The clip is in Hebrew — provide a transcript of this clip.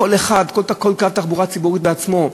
כל קו תחבורה ציבורית בעצמו,